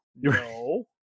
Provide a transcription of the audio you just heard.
no